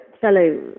fellow